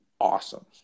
awesome